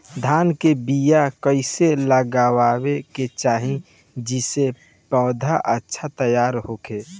धान के बीया कइसे लगावे के चाही जेसे पौधा अच्छा तैयार होखे?